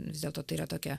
vis dėlto tai yra tokia